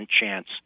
chance